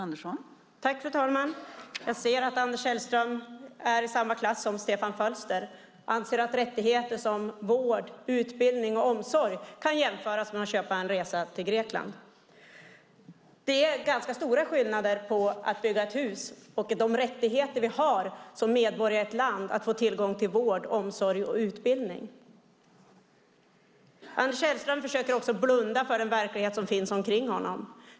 Fru talman! Jag ser att Anders Sellström är i samma klass som Stefan Fölster och anser att rättigheter som vård, utbildning och omsorg kan jämföras med att köpa en resa till Grekland. Det är ganska stora skillnader mellan att bygga ett hus och att få tillgång till vård, omsorg och utbildning, vilket vi har rätt till som medborgare i ett land. Anders Sellström försöker också blunda för den verklighet som finns omkring honom.